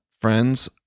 friends